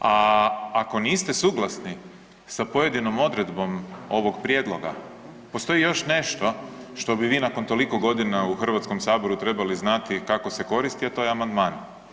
A ako niste suglasni sa pojedinom odredbom ovog prijedloga postoji još nešto što bi vi nakon toliko godina u Hrvatskom saboru trebali znati kako se koristi a to je amandman.